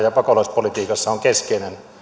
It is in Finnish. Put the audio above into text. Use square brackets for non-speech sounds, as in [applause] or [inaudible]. [unintelligible] ja pakolaispolitiikassa on keskeinen